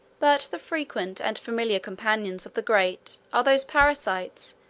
but the frequent and familiar companions of the great, are those parasites,